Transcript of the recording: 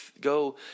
go